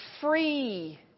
free